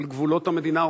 על גבולות המדינה,